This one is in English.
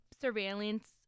surveillance